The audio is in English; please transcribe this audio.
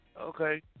okay